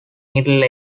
middle